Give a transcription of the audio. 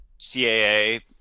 CAA